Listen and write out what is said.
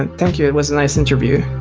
and thank you. it was a nice interview.